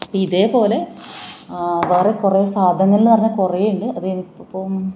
അപ്പം ഇതേപോലെ വേറെ കുറേ സാധനങ്ങള് എന്ന് പറഞ്ഞാൽ കുറേ ഉണ്ട് അതുകഴിഞ്ഞ് ഇപ്പം